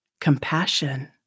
compassion